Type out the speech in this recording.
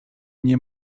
nie